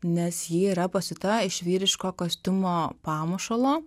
nes ji yra pasiūta iš vyriško kostiumo pamušalo